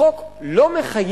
החוק לא מחייב,